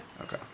Okay